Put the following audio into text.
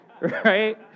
right